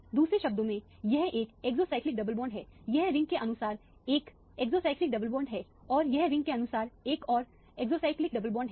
दूसरे शब्दों में यह एक एक्सोसाइक्लिक डबल बॉन्ड है यह रिंग के अनुसार 1 एक्सोसाइक्लिक डबल बॉन्ड है और यह रिंग के अनुसार एक और एक्सोसाइक्लिक डबल बॉन्ड है